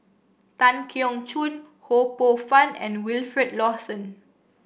Tan Keong Choon Ho Poh Fun and Wilfed Lawson